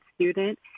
student